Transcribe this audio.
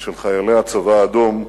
ושל חיילי הצבא האדום,